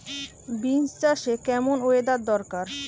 Beans চাষে কেমন weather দরকার?